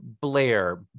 Blair